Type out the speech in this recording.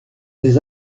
des